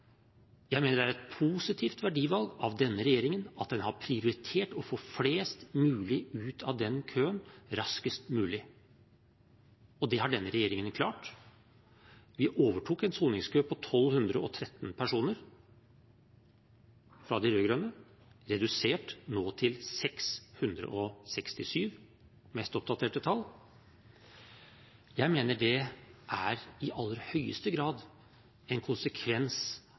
Jeg mener det er et positivt verdivalg av denne regjeringen at den har prioritert å få flest mulig ut av køen raskest mulig – og det har denne regjeringen klart. Vi overtok en soningskø på 1 213 personer fra de rød-grønne, som nå er redusert til 667 – som er det mest oppdaterte tallet. Jeg mener det i aller høyeste grad er en konsekvens